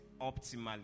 optimally